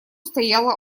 стояла